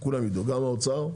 שכולם ידעו, גם האוצר,